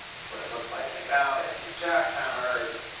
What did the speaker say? is what it looks like getting it out. they have to use jackhammers and